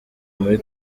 muri